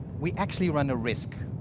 we actually run a risk,